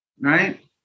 right